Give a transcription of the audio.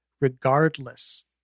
regardless